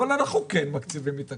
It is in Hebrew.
אבל אנחנו כן עושים את זה.